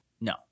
No